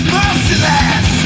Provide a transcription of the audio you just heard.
merciless